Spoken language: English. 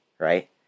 right